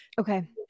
Okay